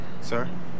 Sir